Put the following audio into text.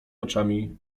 oczami